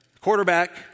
quarterback